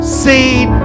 seed